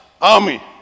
army